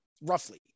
roughly